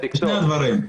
שני הדברים.